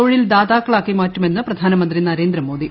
തൊഴിൽ ദാതാക്കളാക്കി മാറ്റുമെന്ന് പ്രധാനമന്ത്രി നരേന്ദ്രമോദി